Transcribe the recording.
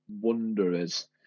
Wanderers